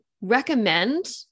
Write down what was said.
recommend